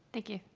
thank you.